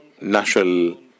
national